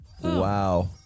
Wow